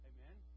Amen